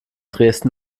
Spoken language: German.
dresden